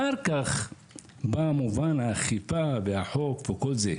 אחר כך במובן האכיפה והחוק וכל זה.